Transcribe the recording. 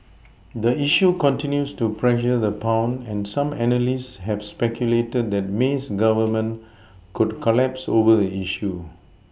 the issue continues to pressure the pound and some analysts have speculated that May's Government could collapse over the issue